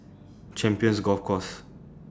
Champions Golf Course